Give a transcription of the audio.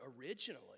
originally